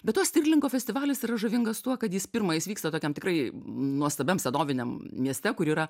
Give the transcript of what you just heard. be to stirlingo festivalis yra žavingas tuo kad jis pirma jis vyksta tokiam tikrai nuostabiam senoviniam mieste kur yra